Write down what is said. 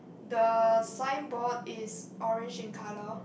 the signboard is orange in colour